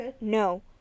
no